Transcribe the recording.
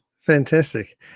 fantastic